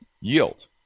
yield